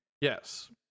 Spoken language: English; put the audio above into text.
Yes